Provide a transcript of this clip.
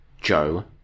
Joe